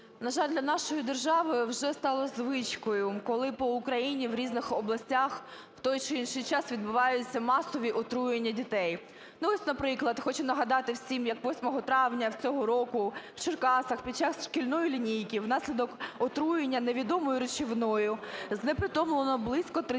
На жаль, для нашої держави вже стало звичкою, коли по Україні в різних областях в той чи інший час відбуваються масові отруєння дітей. Ось, наприклад, хочу нагадати всім, як 8 травня цього року в Черкасах під час шкільної лінійки внаслідок отруєння невідомою речовиною знепритомлено близько 30 дітей